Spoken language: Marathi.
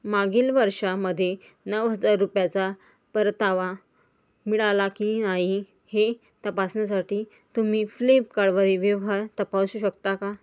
मागील वर्षामधे नऊ हजार रुपयाचा परतावा मिळाला की नाही हे तपासण्यासाठी तुम्ही फ्लिपकार्डवरील व्यवहार तपासू शकता का